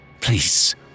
Please